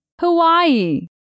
Hawaii